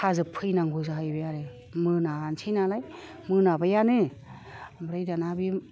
खाजोबफैनांगौ जाहैबाय आरो मोनानोसै नालाय मोनाबायानो ओमफ्राय दाना बे